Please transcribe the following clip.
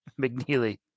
McNeely